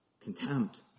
contempt